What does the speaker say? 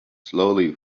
slowly